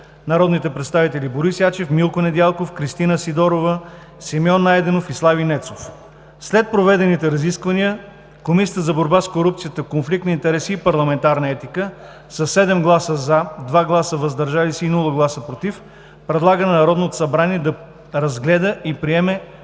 народни представители: Борис Ячев, Милко Недялков, Кристина Сидорова, Симеон Найденов и Слави Нецов. След проведените разисквания Комисията за борба с корупцията, конфликт на интереси и парламентарна етика със 7 гласа „за“, 2 гласа „въздържал се“ и 0 гласа „против“ предлага на Народното събрание да разгледа и приеме